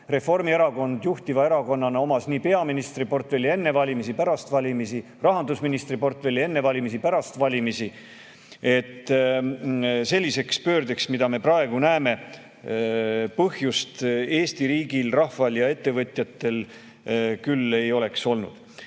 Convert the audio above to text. Reformierakond juhtiva erakonnana omas peaministriportfelli enne valimisi ja pärast valimisi, samuti rahandusministri portfelli enne valimisi ja pärast valimisi. Selliseks pöördeks, mida me praegu näeme, põhjust Eesti riigil, rahval ja ettevõtjatel küll ei ole olnud. Nüüd,